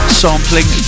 sampling